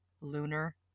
lunar